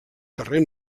carrer